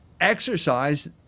exercise